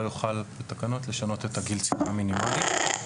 יוכל לשנות את הגיל המינימלי בתקנות.